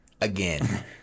again